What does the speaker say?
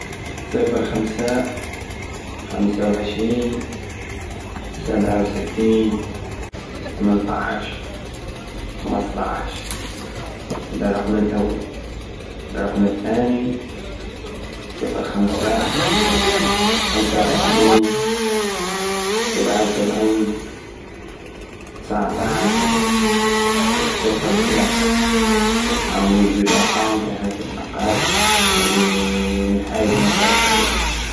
صفر خمسة خمسة وعشرين سبعة وستين تمنطاش خمسطاش هدا الرقم الاول الرقم التاني صفر خمسة خمسة وعشرين سبعة وسبعين تسعطاش صفر تلاثة هامليك زوج ارقام تع هاتق نقال لنحايب نتاصل بيهم